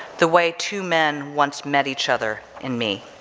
the way two men once met each other in me.